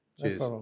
Cheers